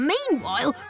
Meanwhile